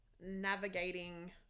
navigating